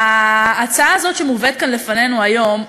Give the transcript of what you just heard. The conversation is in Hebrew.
ההצעה הזאת שמובאת כאן לפנינו היום,